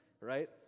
Right